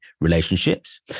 relationships